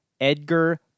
Edgar